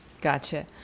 Gotcha